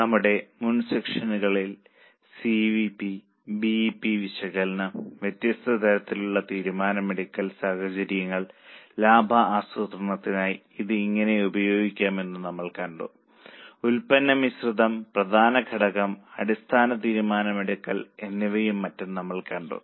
നമ്മുടെ മുൻ സെഷനുകളിൽ CVP BEP വിശകലനം വ്യത്യസ്ത തരത്തിലുള്ള തീരുമാനമെടുക്കൽ സാഹചര്യങ്ങൾ എന്നിവയും ലാഭ ആസൂത്രണത്തിനായി ഇത് എങ്ങനെ ഉപയോഗിക്കാമെന്നും നമ്മൾ കണ്ടു ഉൽപ്പന്ന മിശ്രിതം പ്രധാന ഘടകം അധിഷ്ഠിത തീരുമാനമെടുക്കൽ എന്നിവയും മറ്റും നമ്മൾ കണ്ടു